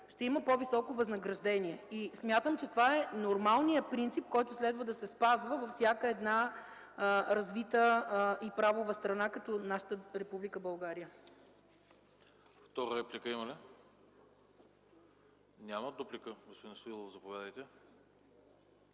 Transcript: ще има по-високо възнаграждение. Смятам, че това е нормалният принцип, който следва да се спазва във всяка една развита и правова страна, като нашата Република България.